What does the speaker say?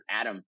Adam